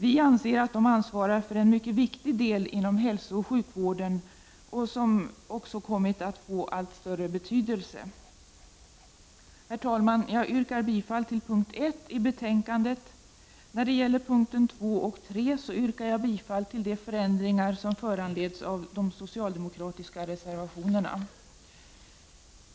Vi anser att de ansvarar för en mycket viktig del inom hälsooch sjukvården, som kommit att få allt större betydelse. Herr talman! Jag yrkar bifall till punkt 1 i utskottets hemställan. När det gäller punkterna 2 och 3 yrkar jag bifall till de förändringar som föranleds av de socialdemokratiska reservationerna.